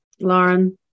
Lauren